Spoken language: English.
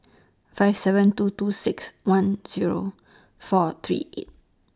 five seven two two six one Zero four three eight